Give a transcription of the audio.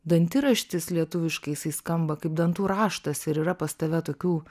dantiraštis lietuviškai jisai skamba kaip dantų raštas ir yra pas tave tokių